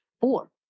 four